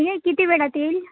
हे किती वेळात येईल